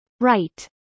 Right